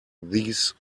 these